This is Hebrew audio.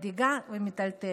והיא מדאיגה ומטלטלת.